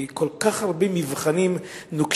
כי כל כך הרבה מבחנים נוקשים,